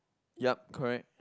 yup correct